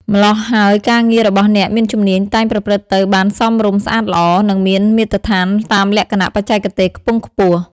ម្ល៉ោះហើយការងាររបស់អ្នកមានជំនាញតែងប្រព្រឹត្តទៅបានសមរម្យស្អាតល្អ និងមានមាត្រដ្ឋានតាមលក្ខណៈបច្ចេកទេសខ្ពង់ខ្ពស់ ។